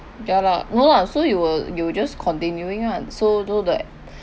ya lah no lah so you will you just continuing ah so thought that